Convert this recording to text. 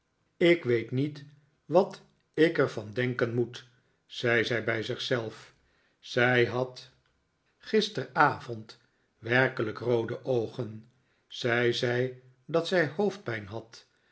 ik weet niet wat ik er van denken moet zei zij bij zichzelf zij had gisteravond werkelijk roode oogen zij zei dat zij hoofdpijn had